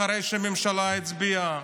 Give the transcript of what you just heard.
אחרי שהממשלה הצביעה.